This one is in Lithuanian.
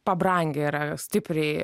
pabrangę yra stipriai